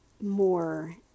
more